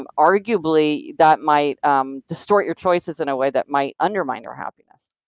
um arguably, that might um distort your choices in a way that might undermine your happiness.